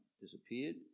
disappeared